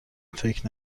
فکر